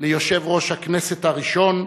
ליושב-ראש הכנסת הראשון,